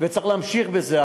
וצריך להמשיך בזה.